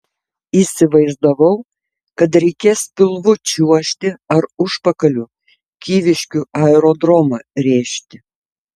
įsivaizdavau kad reikės pilvu čiuožti ar užpakaliu kyviškių aerodromą rėžti